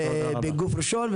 בגוף ראשון.